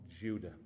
Judah